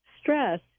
stress